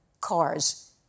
cars